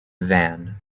van